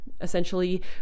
essentially